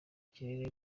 kirere